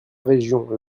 région